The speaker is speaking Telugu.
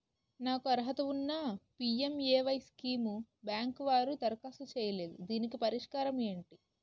నాకు అర్హత ఉన్నా పి.ఎం.ఎ.వై స్కీమ్ బ్యాంకు వారు దరఖాస్తు చేయలేదు దీనికి పరిష్కారం ఏమిటి?